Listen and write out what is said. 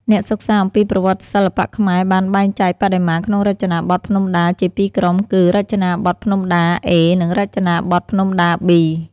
អ្នកសិក្សាអំពីប្រវត្តិសិល្បៈខ្មែរបានបែងចែកបដិមាក្នុងរចនាបថភ្នំដាជាពីរក្រុមគឺ រចនាបថភ្នំដា-A និង រចនាបថភ្នំដា-B។